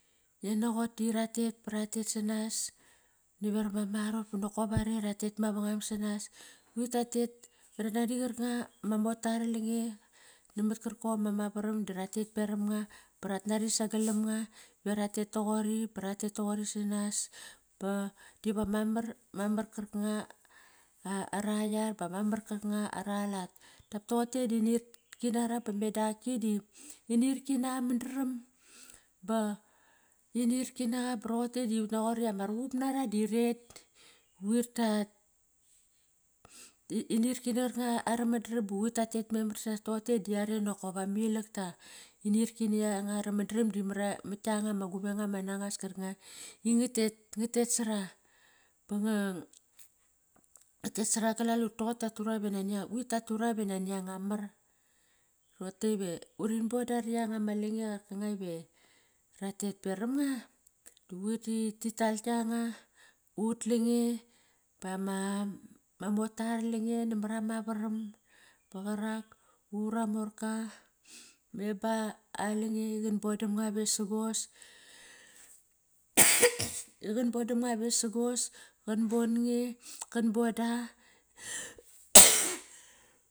Ngian naqot di ratet paratet sanas naveram ama arot banokop are ratet mavangam sanas. Quir ta tet ba rat nari qarkanga ma mota aro lange namat kar kom ama varam da ratet peram nga ba rat nari sagalam nga va ratet toqori, bab ratet toqori sanas diva ma mar qarkanga ara yar bama mar kar kanga ara lat. Dap toqote di inirki nara ba me da ak ki di inirki na mandram ba inirki naqa ba roqote di utnaqot ri ama ruqup nara di rekt quri tat, inirki na qarkanga ara mandram ba quir tatet memar sanas. Tote di are nokop ama ilak ta, inirki na yanga ara mandram da mat kianga ma guveng nga ma nangas karkanga inga tet, nga tet sara, bama ngat tet sara galalul. Toqor tatu ra ve nani, quir tatu ra ve nani anga mar. Rote ve urin bodara yanga ma lange qarkanga ve ratet peram nga di quir tit tal kianga ut lange bama mota aro lange namara ma varam ba qarak ura morka. Me ba alange iqan-bodam nga vesagos iqan bodam nga vesagos, qan bon nge, kan boda.